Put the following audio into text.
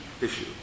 issue